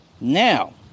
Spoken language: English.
now